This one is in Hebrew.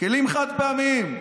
כלים חד-פעמיים,